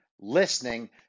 listening